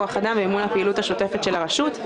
כוח-אדם ומימון הפעילות השוטפת של הרשות.